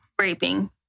raping